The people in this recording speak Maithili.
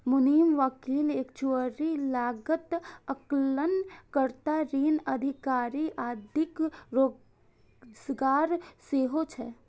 मुनीम, वकील, एक्चुअरी, लागत आकलन कर्ता, ऋण अधिकारी आदिक रोजगार सेहो छै